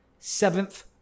seventh